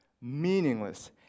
meaningless